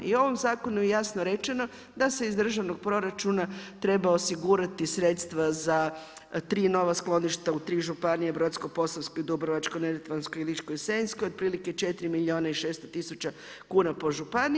I u ovom zakonu jasno rečeno da se iz državnog proračuna, treba osigurati sredstva za 3 nova skloništa u 3 županije, Brodsko posavsko, Dubrovačko-neretvansko i Ličko-senjskoj, otprilike 4 milijuna i 600 tisuća kuna po županiji.